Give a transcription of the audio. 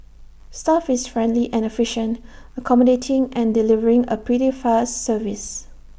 staff is friendly and efficient accommodating and delivering A pretty fast service